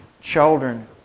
children